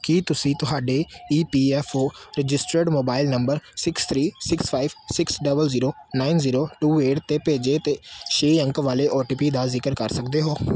ਕੀ ਤੁਸੀਂ ਤੁਹਾਡੇ E P F O registered mobile number six three six five six double zero nine zero two eight 'ਤੇ ਭੇਜੇ ਤੇ ਛੇ ਅੰਕ ਵਾਲੇ ਓ ਟੀ ਪੀ ਦਾ ਜ਼ਿਕਰ ਕਰ ਸਕਦੇ ਹੋ